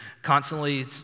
constantly